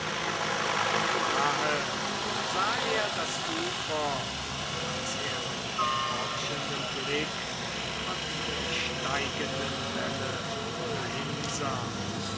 und nahe sah er das ufer als er mit forschendem blick von der steigenden welle dahinsah so